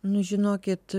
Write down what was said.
nu žinokit